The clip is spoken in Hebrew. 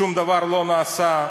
שום דבר לא נעשה.